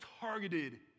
targeted